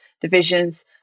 divisions